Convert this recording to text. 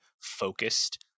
focused